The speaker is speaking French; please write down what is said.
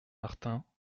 martin